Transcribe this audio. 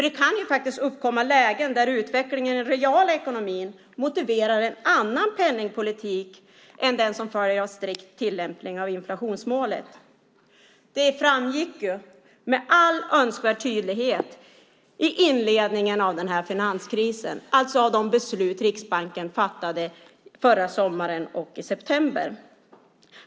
Det kan uppkomma lägen där utvecklingen i den reala ekonomin motiverar en annan penningpolitik än den som följer av strikt tillämpning av inflationsmålet. Det framgick med all önskvärd tydlighet i inledningen av finanskrisen, alltså av de beslut Riksbanken fattade förra sommaren och i september.